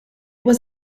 was